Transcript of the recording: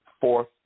fourth